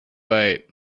byte